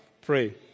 Pray